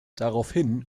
daraufhin